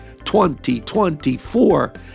2024